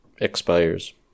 expires